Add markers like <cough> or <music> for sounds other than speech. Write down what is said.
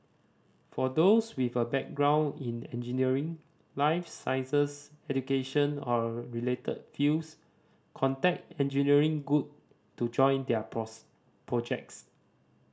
for those with a background in engineering life sciences education or related fields contact Engineering Good to join their <unintelligible> projects